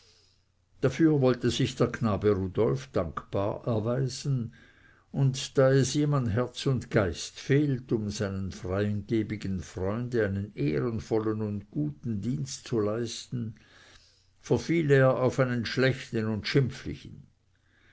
dafür wollte sich der knabe rudolf dankbar erweisen und da es ihm an herz und geist fehlt um seinem freigebigen freunde einen ehrenvollen und guten dienst zu leisten verfiel er auf einen schlechten und schimpflichen